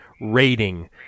rating